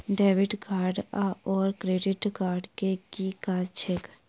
Debit card आओर credit card केँ की काज छैक?